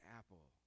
apple